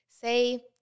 say